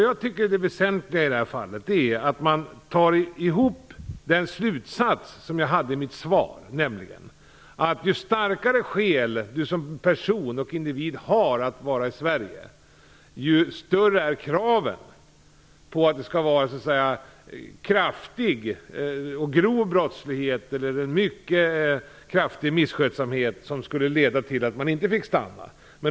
Jag tycker att det väsentliga i detta fall är den slutsats jag drog i mitt svar: Ju starkare skäl personen har att vara i Sverige desto större är kraven på att den brottslighet som leder till att man inte får stanna skall vara kraftig och grov eller på att misskötsamheten skall vara mycket kraftig.